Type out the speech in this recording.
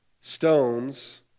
stones